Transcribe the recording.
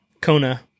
Kona